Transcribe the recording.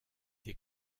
des